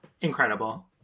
Incredible